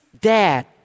dad